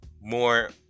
more